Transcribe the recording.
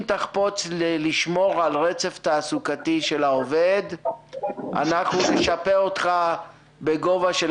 אם תחפוץ לשמור על רצף תעסוקתי של העובד אנחנו נשפה אותך בגובה של